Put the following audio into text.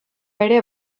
ere